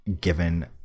given